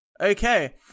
okay